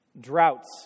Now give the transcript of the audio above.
Droughts